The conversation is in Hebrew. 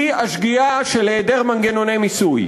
היא השגיאה של היעדר מנגנוני מיסוי.